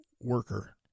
worker